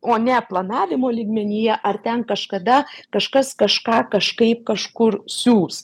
o ne planavimo lygmenyje ar ten kažkada kažkas kažką kažkaip kažkur siųs